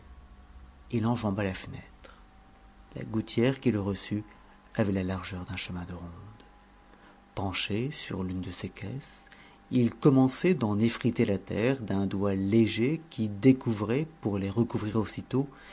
il enjamba la fenêtre la gouttière qui le reçut avait la largeur d'un chemin de ronde penché sur l'une de ses caisses il commençait d'en effriter la terre d'un doigt léger qui découvrait pour les recouvrir aussitôt